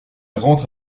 rentre